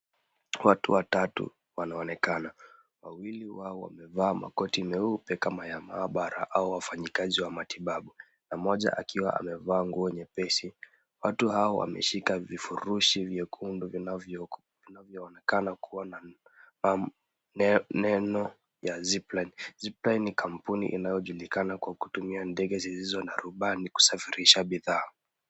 Watu watatu wanaonekana. Wawili wao wamevaa makoti meupe kama ya maabara au wafanyikazi wa matibabu, na mmoja akiwa amevaa nguo nyepesi. Watu hawa wameshika vifurushi vyekundu vinavyoonekana kuwa na neno ya Zipline. Zipline Ni kampuni inayojulikana kwa kutumia ndege zilizo Na rubani kusafirisha bidhaa.